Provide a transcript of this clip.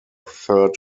third